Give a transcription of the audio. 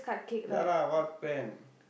ya lah what plan